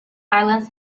islands